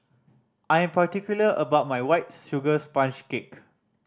I am particular about my White Sugar Sponge Cake